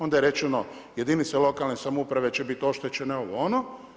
Onda je rečeno jedinice lokalne samouprave će biti oštećene, ovo-ono.